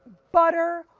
butter,